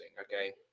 okay